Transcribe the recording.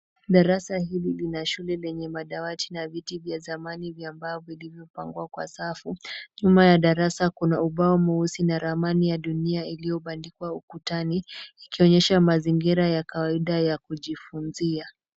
Darasa hili lina shule lenye madawati na viti vya zamani vya mbao vilivyopangwa kwa safu. Nyuma ya darasa kuna ubao mweusi na ramani ya dunia iliyobandikwa ukutani ikionyesha mazingira ya kawaida ya kujifunzia.